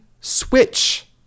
Switch